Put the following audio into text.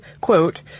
quote